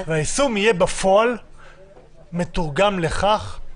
אנחנו רואים היום,